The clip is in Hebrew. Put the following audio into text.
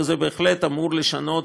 וזה בהחלט אמור לשנות